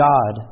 God